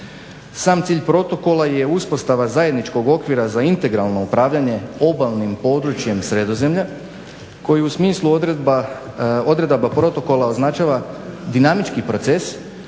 Sam cilj protokola je uspostava zajedničkog okvira za integralno upravljanje obalnim područjem Sredozemlja koji u smislu odredaba protokola označava dinamički proces